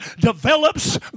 develops